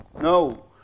No